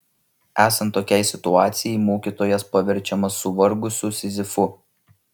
esant tokiai situacijai mokytojas paverčiamas suvargusiu sizifu